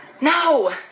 No